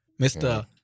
Mr